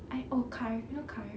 I oh carl you know carl